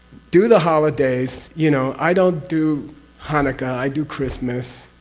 do the holidays, you know, i don't do hanukkah. i do christmas.